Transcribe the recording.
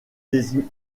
désigne